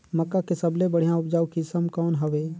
मक्का के सबले बढ़िया उपजाऊ किसम कौन हवय?